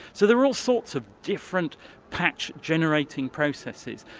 so there are all sorts of different patch generating processes,